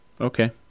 Okay